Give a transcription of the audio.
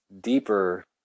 deeper